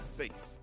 faith